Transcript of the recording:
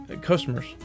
Customers